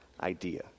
idea